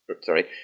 sorry